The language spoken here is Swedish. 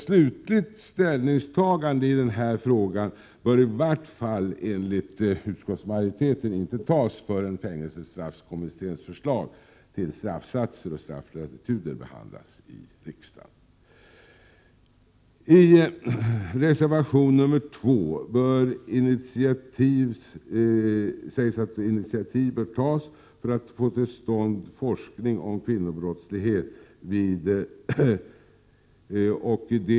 Slutlig ställning i denna fråga bör i vart fall enligt utskottsmajoriteten inte tas förrän fängelsestraffkommitténs förslag till straffsatser och strafflatituder behandlats av riksdagen. Enligt reservation 2 bör initiativ tas för att få till stånd forskning om kvinnobrottslighet.